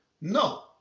no